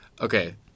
Okay